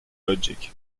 logic